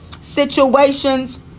situations